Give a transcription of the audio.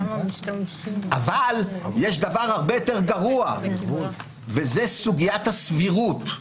אבל יש דבר הרבה יותר גרוע, וזה סוגיית הסבירות.